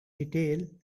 detail